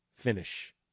finish